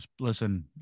Listen